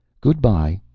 good-bye,